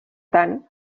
tant